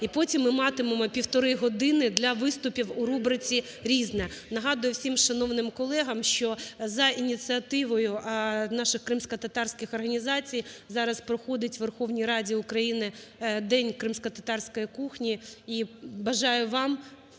і потім ми матимемо півтори години для виступів у рубриці "Різне". Нагадую всім шановним колегам, що за ініціативою наших кримськотатарських організацій зараз проходить у Верховній Раді України День кримськотатарської кухні, і бажаю вам